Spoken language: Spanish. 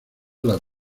las